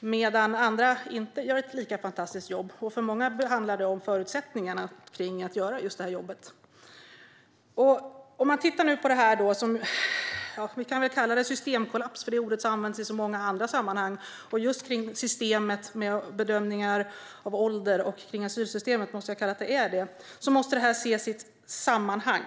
medan andra inte gör ett lika fantastiskt jobb. För många handlar det om förutsättningarna för att göra just det här jobbet. Låt oss se på det vi kan kalla för en systemkollaps, för det ordet används i så många andra sammanhang. När det gäller just systemet för bedömningar av ålder och asylsystemet måste jag kalla det för en systemkollaps. Detta måste ses i ett sammanhang.